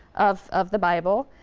of of the bible.